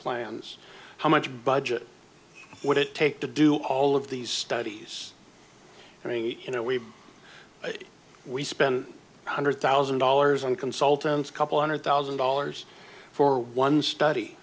plans how much budget would it take to do all of these studies i mean you know we we spend one hundred thousand dollars on consultants couple hundred thousand dollars for one study